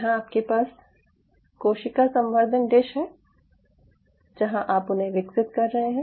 यहां आपके पास कोशिका संवर्धन डिश है जहां आप उन्हें विकसित कर रहे हैं